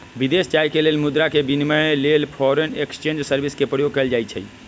विदेश जाय के लेल मुद्रा के विनिमय लेल फॉरेन एक्सचेंज सर्विस के प्रयोग कएल जाइ छइ